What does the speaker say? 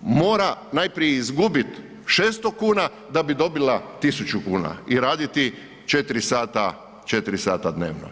mora najprije izgubit 600 kuna da bi dobila 1.000 kuna i raditi 4 sata, 4 sata dnevno.